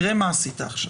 תראה מה עשית עכשיו.